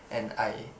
and I